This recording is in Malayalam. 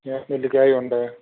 പിന്നെ നെല്ലിക്ക ഉണ്ട്